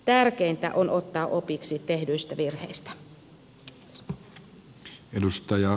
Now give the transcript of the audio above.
tärkeintä on ottaa opiksi tehdyistä virheistä